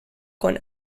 con